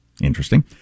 Interesting